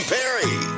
Perry